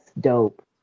dope